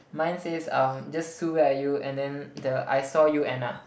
mine says um just Sue where are you and then the I saw you Anna